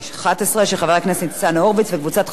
של חבר הכנסת ניצן הורוביץ וקבוצת חברי כנסת.